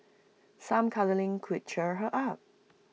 some cuddling could cheer her up